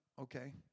okay